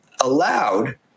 allowed